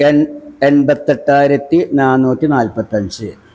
എൺപത്തെട്ടായിരത്തി നാനൂറ്റി നാൽപ്പത്തഞ്ച്